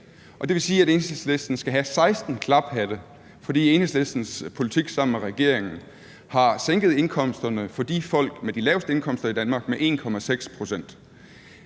det vil sige, at Enhedslisten skal have 16 klaphatte, for Enhedslistens politik har sammen med regeringens sænket indkomsterne for de folk med de laveste indkomster i Danmark med 1,6 pct.